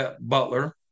Butler